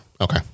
Okay